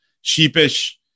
sheepish